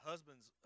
Husbands